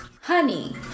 Honey